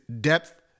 depth